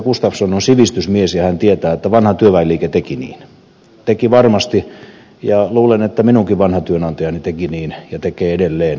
gustafsson on sivistysmies ja hän tietää että vanha työväenliike teki niin teki varmasti ja luulen että minunkin vanha työnantajani teki niin ja tekee edelleen